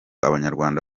abanyarwanda